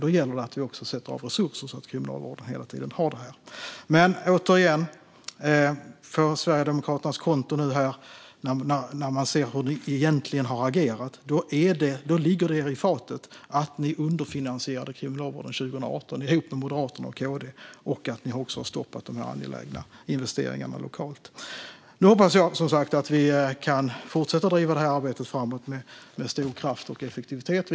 Då gäller det att vi också sätter av resurser så att Kriminalvården hela tiden har det här. Men man kan titta på Sverigedemokraternas konto. När man ser hur ni har agerat ligger det er i fatet att ni underfinansierade Kriminalvården 2018 ihop med Moderaterna och KD och att ni också stoppade de angelägna investeringarna lokalt. Nu hoppas jag, som sagt, att vi kan fortsätta att driva detta arbete framåt med stor kraft och effektivitet.